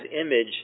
image